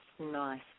nice